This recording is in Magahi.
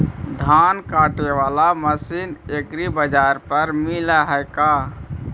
धान काटे बाला मशीन एग्रीबाजार पर मिल है का?